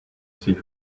see